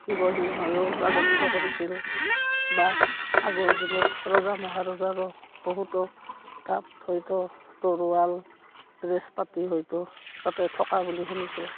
শিৱসিংহয়ো ৰাজত্ব কৰিছিল বা আগৰ দিনত ৰজা মহাৰজাৰো বহুতো তাত হয়তো তৰোৱাল ড্ৰেছ পাতি হয়তো তাতে থকা বুলি শুনিছোঁ